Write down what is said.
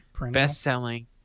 Best-selling